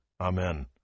Amen